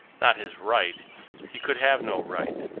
not his right he could have no right!